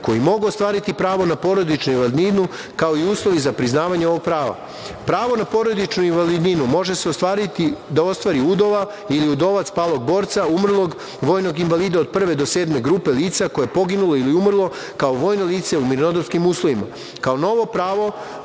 koji mogu ostvariti pravo na porodičnu invalidninu, kao i uslovi za priznavanje ovog prava. Pravo na porodičnu invalidninu može se ostvariti, da ostvari udova ili udovac palog borca, umrlog vojnog invalida od prve do sedme grupe lica koje je poginulo ili umrlo, kao vojno lice u mirnodopskim uslovima. Kao